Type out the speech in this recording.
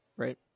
Right